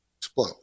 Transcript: explode